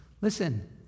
Listen